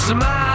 Smile